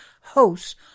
hosts